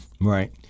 Right